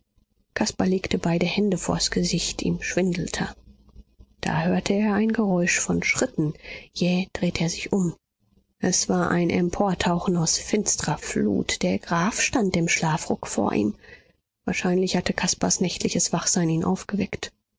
legte beide hände vors gesicht ihm schwindelte da hörte er ein geräusch von schritten jäh drehte er sich um es war ein emportauchen aus finsterer flut der graf stand im schlafrock vor ihm wahrscheinlich hatte caspars nächtliches wachsein ihn aufgeweckt